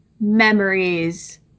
memories